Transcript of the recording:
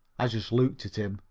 i just looked at him.